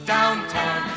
Downtown